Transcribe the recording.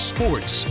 Sports